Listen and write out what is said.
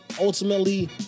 ultimately